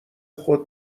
خود